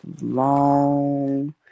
long